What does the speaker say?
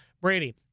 Brady